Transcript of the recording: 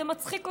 זה מצחיק אותך,